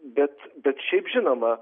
bet bet šiaip žinoma